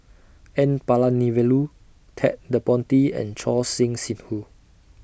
N Palanivelu Ted De Ponti and Choor Singh Sidhu